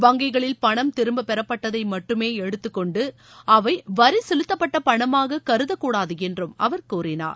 வங்கிகளில் பணம் திரும்ப பெறப்பட்டதை மட்டுமே எடுத்துக்கொண்டு அவைவரி செலுத்தப்பட்ட பணமாக கருதக்கூடாது என்றும அவர் கூறினார்